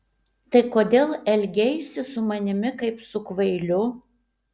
tai kodėl elgeisi su manimi kaip su kvailiu